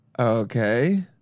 Okay